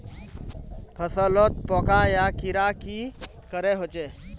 फसलोत पोका या कीड़ा की करे होचे?